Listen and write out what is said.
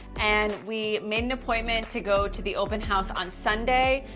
and we made an appointment to go to the open house on sunday.